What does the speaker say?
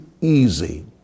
easy